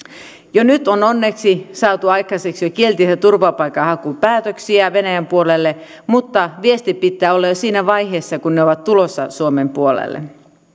jo nyt on onneksi saatu aikaiseksi kielteisiä turvapaikanhakupäätöksiä venäjän puolelle mutta viesti pitää olla jo siinä vaiheessa kun he ovat tulossa suomen puolelle